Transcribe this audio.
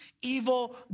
evil